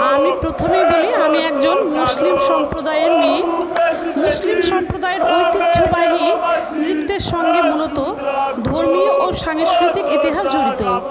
আমি প্রথমেই বলি আমি একজন মুসলিম সম্প্রদায়ের মেয়ে মুসলিম সম্প্রদায়ের ঐতিহ্যবাহী নৃত্যের সঙ্গে মূলত ধর্মীয় ও সাংস্কৃতিক ইতিহাস জড়িত